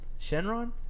Shenron